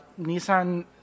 Nissan